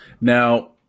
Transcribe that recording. Now